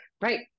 right